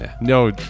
No